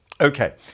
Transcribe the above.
okay